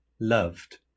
loved